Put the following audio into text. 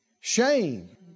Shame